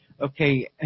Okay